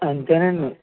అంతేనండి